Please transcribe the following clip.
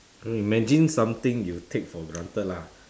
imagine something you take for granted lah